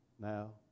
now